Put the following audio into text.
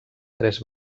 tres